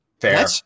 Fair